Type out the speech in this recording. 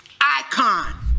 icon